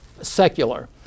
secular